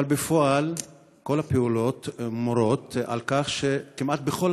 אבל בפועל כל הפעולות מורות על כך שכמעט בכל